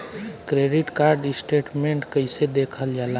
Credit card statement कइसे देखल जाला?